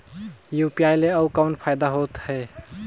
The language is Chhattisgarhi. यू.पी.आई ले अउ कौन फायदा होथ है?